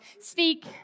speak